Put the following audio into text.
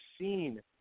seen